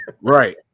Right